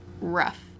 rough